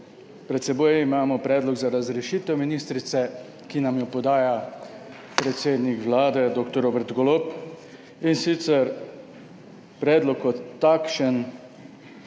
Pred seboj imamo predlog za razrešitev ministrice, ki nam jo podaja predsednik Vlade dr. Robert Golob, in sicer predlog kot takšen